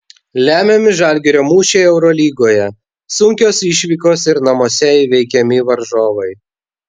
lemiami žalgirio mūšiai eurolygoje sunkios išvykos ir namuose įveikiami varžovai